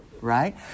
right